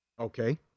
Okay